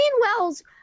Wells